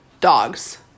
dogs